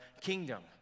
kingdom